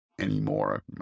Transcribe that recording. anymore